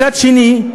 מצד שני,